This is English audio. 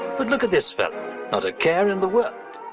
but look at this fellow not a care in the world.